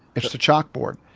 it's the chalkboard.